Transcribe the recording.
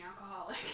alcoholic